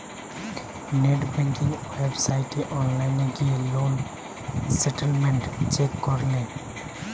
net banking ওয়েবসাইটে online গিলে loan statement check করলে